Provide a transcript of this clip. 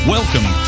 Welcome